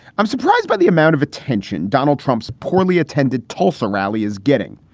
i'm surprised by the amount of attention donald trump's poorly attended tulsa rally is getting,